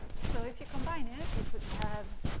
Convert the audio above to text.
so if you combine it you could have